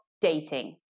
dating